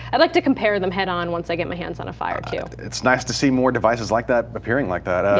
i'd like to compare them head on once i get my hands on a fire too. it is nice to see more devices like that, appearing like that.